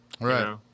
right